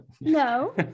No